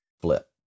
flip